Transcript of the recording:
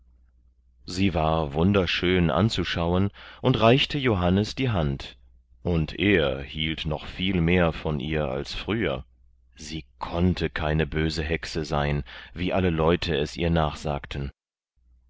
sie war wunderschön anzuschauen und reichte johannes die hand und er hielt noch viel mehr von ihr als früher sie konnte keine böse hexe sein wie alle leute es ihr nachsagten